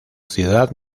ciudad